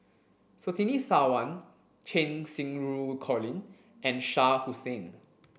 Surtini Sarwan Cheng Xinru Colin and Shah Hussain